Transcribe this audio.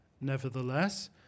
Nevertheless